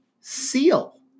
seal